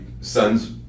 son's